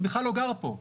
שבכלל לא גר פה'.